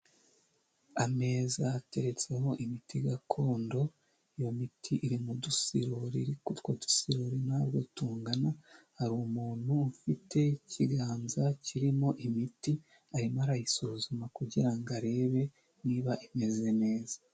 Ameza ateretseho imiti gakondo, iyo miti iri mudusorori ariko utwo dusorori ntabwo tungana, hari umuntu ufite ikiganza kirimo imiti arimo arayisuzuma kugirango arebe niba imeze neza.